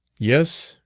yes!